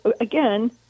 again